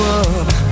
up